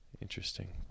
interesting